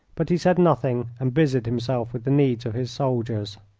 but he said nothing and busied himself with the needs of his soldiers.